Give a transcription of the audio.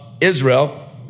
Israel